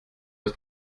aus